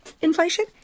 Inflation